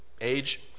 age